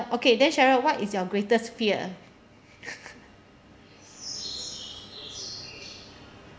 okay then cheryl what is your greatest fear